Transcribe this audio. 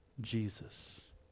Jesus